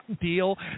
Deal